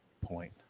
point